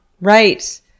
right